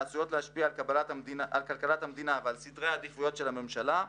העשויות להשפיע על כלכלת המדינה ועל סדרי העדיפויות של הממשלה,